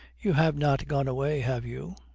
you have not gone away, have you?